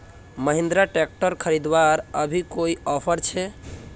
Mahindra tractor खरीदवार अभी कोई ऑफर छे?